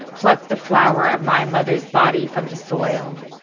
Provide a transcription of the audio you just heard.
pluck the flower of my mother's body from the soil.